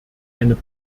eine